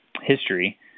history